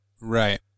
Right